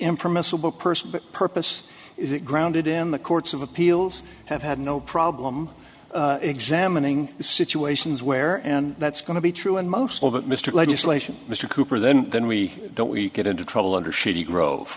impermissible person purpose is it grounded in the courts of appeals have had no problem examining the situations where and that's going to be true in most of it mr legislation mr cooper then when we don't we get into trouble under shady gro